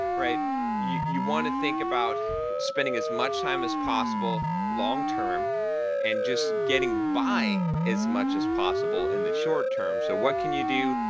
you you want to think about spending as much time as possible long-term and just getting by as much as possible in the short-term. so what can you do?